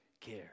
care